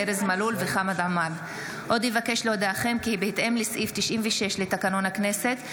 ארז מלול וחמד עמאר בנושא: הארכת מועדים